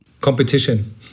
Competition